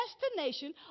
destination